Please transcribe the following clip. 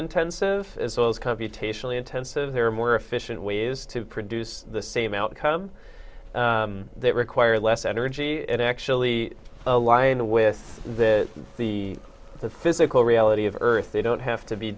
intensive as well as computationally intensive there are more efficient ways to produce the same outcome that require less energy and actually align with that the the physical reality of earth they don't have to be